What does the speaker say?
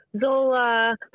Zola